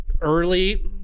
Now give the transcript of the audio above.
early